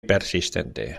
persistente